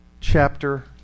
chapter